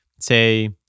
say